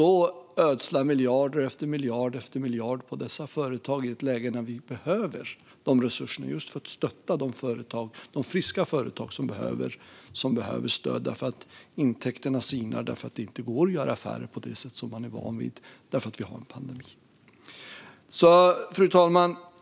Vi ska inte ödsla miljard efter miljard på dessa företag i ett läge då resurserna behövs för att stötta de friska företag som behöver stöd eftersom intäkterna sinar då pandemin gör att det inte går att göra affärer på det sätt som man är van vid. Fru talman!